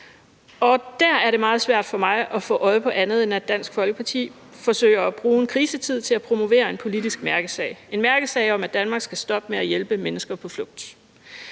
Der er det meget svært for mig at få øje på andet, end at Dansk Folkeparti forsøger at bruge en krisetid til at promovere en politisk mærkesag – en mærkesag om, at Danmark skal stoppe med at hjælpe mennesker på flugt.